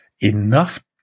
Enough